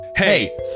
Hey